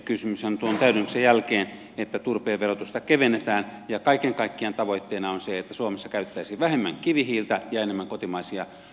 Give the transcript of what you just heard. kysymyshän on tuon täydennyksen jälkeen siitä että turpeen verotusta kevennetään ja kaiken kaikkiaan tavoitteena on se että suomessa käytettäisiin vähemmän kivihiiltä ja enemmän kotimaisia polttoainelähteitä